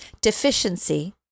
deficiency